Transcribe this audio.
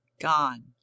gone